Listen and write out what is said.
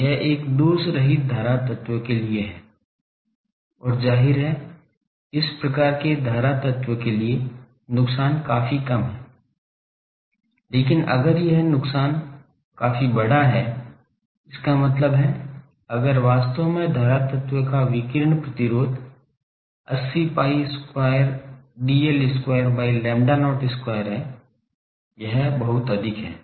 तो यह एक दोषरहित धारा तत्व के लिए है और जाहिर है इस प्रकार के धारा तत्व के लिए नुकसान काफी कम है लेकिन अगर यह नुकसान काफी बड़ा है इसका मतलब है अगर वास्तव में धारा तत्व का विकिरण प्रतिरोध 80 pi square dl square by lambda not square है यह बहुत अधिक है